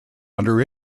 under